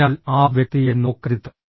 അതിനാൽ ആ വ്യക്തിയെ നോക്കരുത്